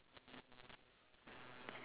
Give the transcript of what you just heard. and then later on the house eh any